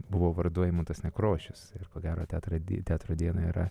buvo vardu eimuntas nekrošius ir ko gero teatro di teatro dieną yra